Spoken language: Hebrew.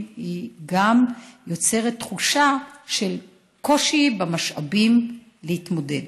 יוצרת תחושה של קושי במשאבים להתמודד.